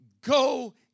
go